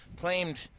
claimed